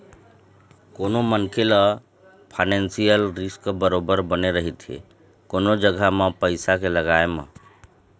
कोनो मनखे ल फानेसियल रिस्क बरोबर बने रहिथे कोनो जघा म पइसा के लगाय म